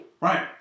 Right